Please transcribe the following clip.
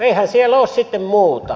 eihän siellä ole sitten muuta